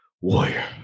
warrior